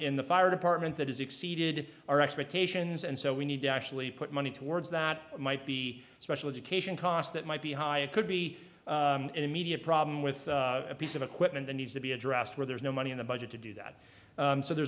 in the fire department that has exceeded our expectations and so we need to actually put money towards that might be special education costs that might be high it could be immediate problem with a piece of equipment that needs to be addressed where there's no money in the budget to do that so there